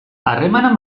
harremana